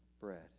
bread